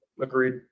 Agreed